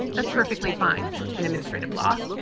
that's perfectly fine in administrative law.